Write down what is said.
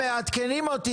מעדכנים אותי